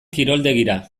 kiroldegira